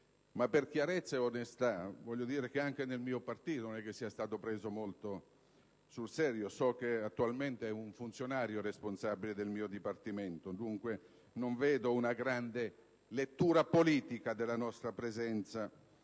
ma per chiarezza ed onestà voglio dire che anche nel mio partito non è stata presa molto sul serio. So che attualmente è un funzionario il responsabile del mio dipartimento, dunque non vedo una grande lettura politica della nostra presenza